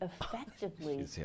effectively